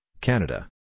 Canada